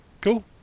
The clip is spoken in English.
Cool